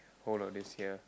whole of this year